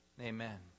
amen